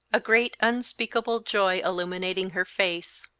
a great, unspeakable joy illumining her face,